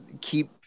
keep